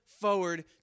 forward